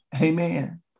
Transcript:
Amen